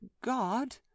god